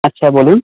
আচ্ছা বলুন